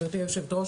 גברתי היושבת ראש,